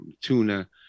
tuna